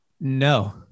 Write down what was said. No